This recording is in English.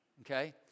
Okay